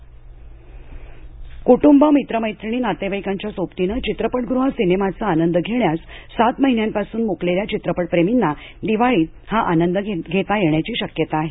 चित्रपटगह कुटुंब मित्रमैत्रिणी नातेवाइकांच्या सोबतीनं चित्रपटगृहात सिनेमाचा आनंद घेण्यास सात महिन्यांपासून मुकलेल्या चित्रपटप्रेमींना दिवाळीत हा आनंद घेता येण्याची शक्यता आहे